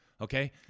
Okay